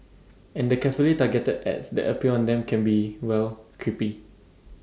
and the carefully targeted ads that appear on them can be well creepy